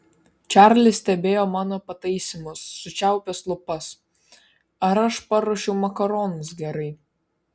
čarlis stebėjo mano pataisymus sučiaupęs lūpas ar aš paruošiau makaronus gerai